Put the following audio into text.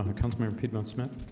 um it comes mira piedmon smith